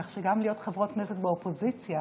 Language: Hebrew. כך שגם להיות חברות כנסת באופוזיציה